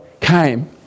came